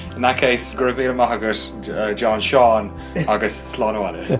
in that case gravia margus john sean argus slonnawanna.